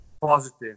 positive